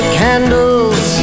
candles